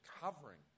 covering